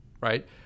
right